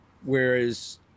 whereas